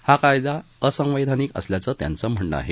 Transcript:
हा कायदा असंवैधानिक असल्याचं त्यांचं म्हणणं आहे